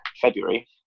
February